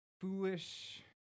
foolish